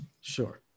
Sure